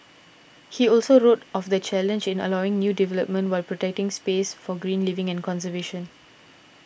he also wrote of the challenge in allowing new development while protecting space for green living and conservation